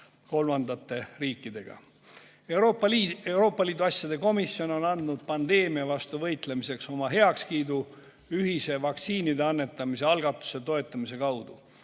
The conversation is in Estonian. kolmandate riikidega. Euroopa Liidu asjade komisjon on andnud pandeemia vastu võitlemiseks oma heakskiidu ühise vaktsiinide annetamise algatuse toetamise kaudu.